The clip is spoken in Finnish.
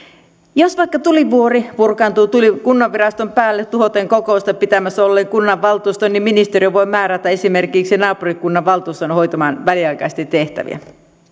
jos vaikka tulivuori purkaantuu kunnanviraston päälle tuhoten kokousta pitämässä olleen kunnanvaltuuston ministeriö voi määrätä esimerkiksi naapurikunnan valtuuston hoitamaan väliaikaisesti tehtäviä